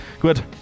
Gut